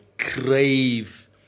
Crave